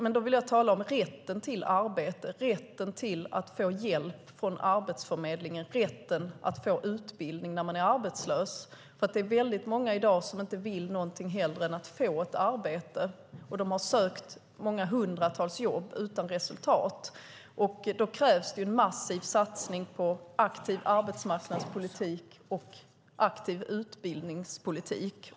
Men då vill jag tala om rätten till arbete, rätten till att få hjälp från Arbetsförmedlingen och rätten att få utbildning när man är arbetslös. I dag är det väldigt många som inget hellre vill än att få ett arbete. De har sökt hundratals jobb utan resultat. Därför krävs det en massiv satsning på en aktiv arbetsmarknadspolitik och en aktiv utbildningspolitik.